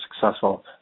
successful